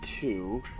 two